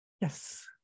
yes